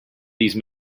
these